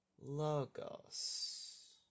logos